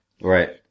Right